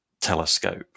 telescope